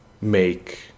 make